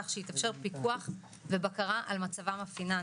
כך שיתאפשר פיקוח ובקרה על מצבם הפיננסי,